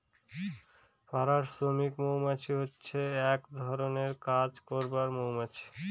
পাড়া শ্রমিক মৌমাছি হচ্ছে এক ধরনের কাজ করার মৌমাছি